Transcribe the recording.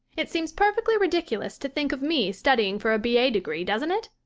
it seems perfectly ridiculous to think of me studying for a b a. degree, doesn't it?